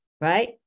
right